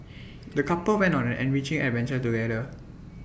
the couple went on an enriching adventure together